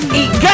eat